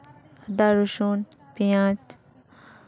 ᱟᱫᱟ ᱨᱚᱥᱩᱱ ᱯᱮᱸᱭᱟᱡᱽ